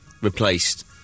replaced